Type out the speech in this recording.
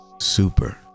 Super